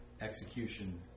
execution